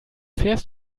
fährst